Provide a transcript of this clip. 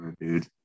dude